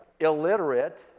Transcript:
Illiterate